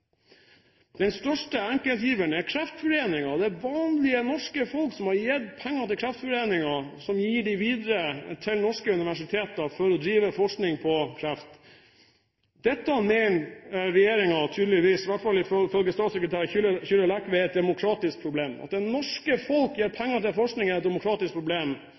Den største enkeltgiveren er Kreftforeningen, det er vanlige norske folk som har gitt penger til Kreftforeningen, som gir dem videre til norske universiteter, slik at de kan drive med forskning på kreft. Dette mener regjeringen tydeligvis, i hvert fall ifølge statssekretær Kyrre Lekve, er et demokratisk problem. At det at det norske folk gir penger til forskning, skulle være et demokratisk problem,